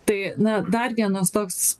tai na dar vienas toks